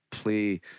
play